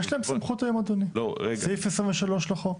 יש להם סמכות היום אדוני, סעיף 23 לחוק.